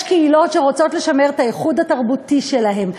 קהילות שרוצות לשמר את הייחוד התרבותי שלהן.